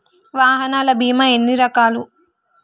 వాహనాల బీమా ఎన్ని రకాలు?